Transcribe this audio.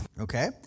Okay